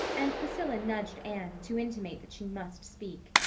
and priscilla nudged anne to intimate that she must speak.